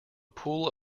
pool